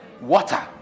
Water